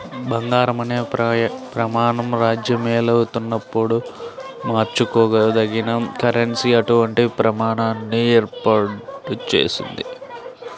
బంగారం అనే ప్రమాణం రాజ్యమేలుతున్నప్పుడు మార్చుకోదగిన కరెన్సీ అటువంటి ప్రమాణాన్ని ఏర్పాటు చేసింది